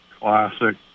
classic